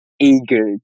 eager